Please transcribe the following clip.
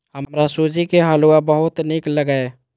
हमरा सूजी के हलुआ बहुत नीक लागैए